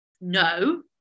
No